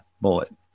Bullet